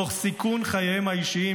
תוך סיכון חייהם האישיים,